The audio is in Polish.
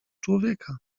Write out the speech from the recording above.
człowieka